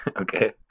Okay